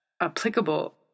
applicable